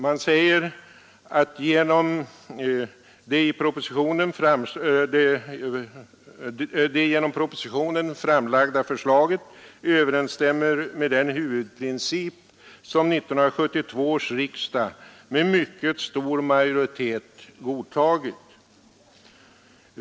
Man säger att det i propositionen framlagda förslaget överensstämmer med den huvudprincip som 1972 års riksdag med mycket stor majoritet godtagit.